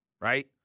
right